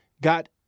got